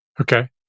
Okay